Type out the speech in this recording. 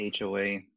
HOA